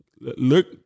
Look